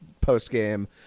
post-game